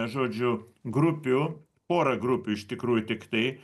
žodžiu grupių porą grupių iš tikrųjų tiktai